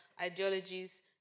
ideologies